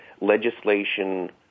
legislation